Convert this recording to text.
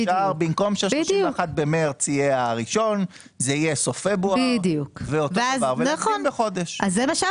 אפשר שבמקום שה-31 במרץ יהיה הראשון זה יהיה סוף פברואר ונקדים בחודש.